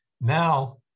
Now